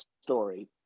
story